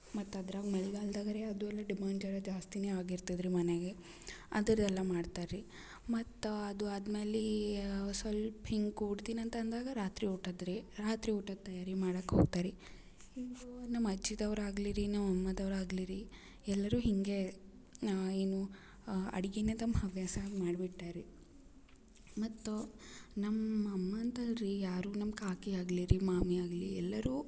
ಮತ್ತು ಅದ್ರಾಗ ಮಳೆಗಾಲ್ದಾಗ್ ರೀ ಅದು ಎಲ್ಲ ಡಿಮಾಂಡ್ ಜರ ಜಾಸ್ತಿ ಆಗಿರ್ತದೆ ರೀ ಮನೆಗೆ ಅಂಥದ್ ಎಲ್ಲ ಮಾಡ್ತಾರೆ ರೀ ಮತ್ತು ಅದು ಆದ್ಮೇಲೆ ಸ್ವಲ್ಪ ಹಿಂಗೆ ಕೂಡ್ತೀನಿ ಅಂತ ಅಂದಾಗ ರಾತ್ರಿ ಊಟದ್ದು ರೀ ರಾತ್ರಿ ಊಟದ್ದು ತಯಾರಿ ಮಾಡೋಕ್ ಹೋಗ್ತಾರೀ ಹಿಂಗೂ ನಮ್ಮ ಅಜ್ಜಿದವ್ರು ಆಗಲಿ ರೀ ನಮ್ಮ ಅಮ್ಮದವ್ರು ಆಗಲಿ ರೀ ಎಲ್ಲರು ಹಿಂಗೆ ನಾವು ಏನು ಅಡ್ಗೆ ತಮ್ಮ ಹವ್ಯಾಸ ಆಗಿ ಮಾಡ್ಬಿಟ್ಟಾರೀ ಮತ್ತು ನಮ್ಮ ಅಮ್ಮ ಅಂತಲ್ಲ ರೀ ಯಾರು ನಮ್ಮ ಕಾಕಿ ಆಗಲಿ ರೀ ಮಾಮಿ ಆಗಲಿ ಎಲ್ಲರು